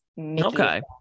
okay